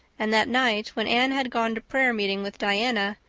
and that night, when anne had gone to prayer meeting with diana,